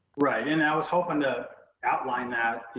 right, and i was hoping to outline that you